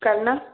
करना